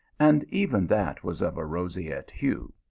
and even that was of a roseate hue.